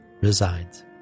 resides